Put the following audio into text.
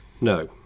No